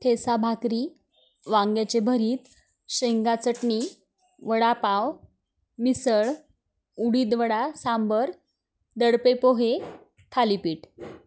ठेचा भाकरी वांग्याचे भरीत शेंगा चटणी वडापाव मिसळ उडीदवडा सांबर दडपे पोहे थालिपीठ